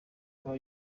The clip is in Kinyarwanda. kwa